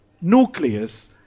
nucleus